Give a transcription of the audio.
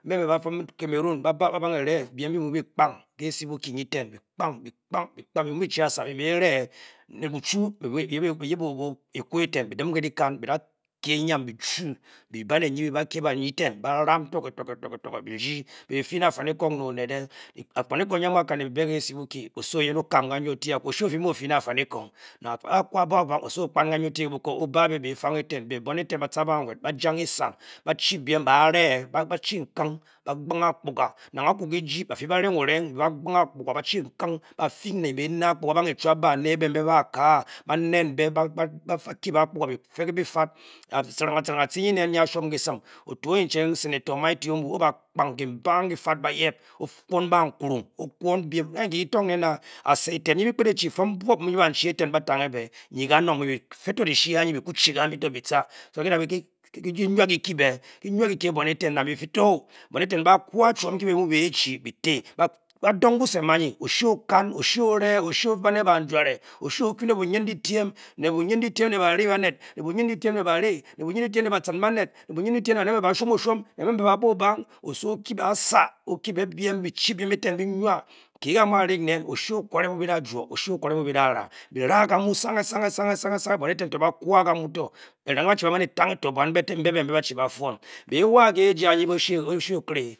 Ba wed onbe mba fiom canamon ba be pkang ke seo boki ibere be ju eyan be ke baiye teh ba tu be dong oh sono te sinsom otu oche senator Matthew ofe ba yep ofeng ban npuheng okun bem a se etah mke bouchi teh oteng be be chi oshe ofle le byen letem be ana bon oshue ba thane bian ba teh ba be wai le oshe okele